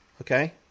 Okay